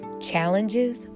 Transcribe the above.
Challenges